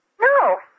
No